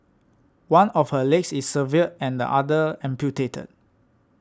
one of her legs is severed and the other amputated